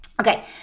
Okay